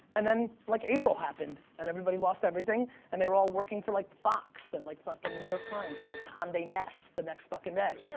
and then, like april happened, and everybody lost everything and they were all working for like fox, and like fucking the new york times and like conde nast, the next fucking day.